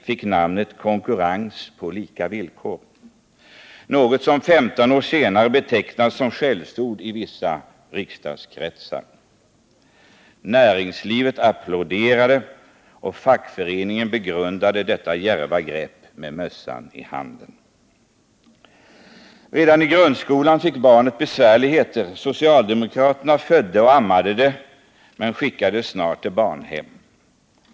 — fick namnet ”konkurrens på lika villkor”, något som 15 år senare betecknas som skällsord i vissa riksdagskretsar. Näringslivet applåderade, och fackföreningsrörelsen begrundade detta djärva grepp med mössan i hand. Redan i grundskolan fick barnet besvärligheter. Socialdemokraterna födde och ammade det men skickade det snart till barnhem.